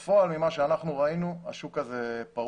בפועל מה שאנחנו ראינו, השוק הה פרוץ.